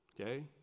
okay